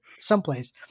someplace